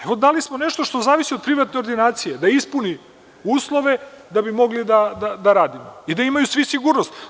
Evo, dali smo nešto što zavisi od privatne ordinacije, da ispuni uslove da bi mogli da radimo i da imaju svi sigurnost.